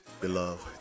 Beloved